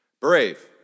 Brave